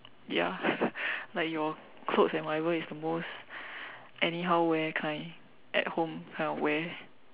ya like your clothes and whatever is the most anyhow wear kind at home kind of wear